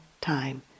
time